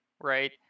right